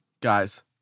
Guys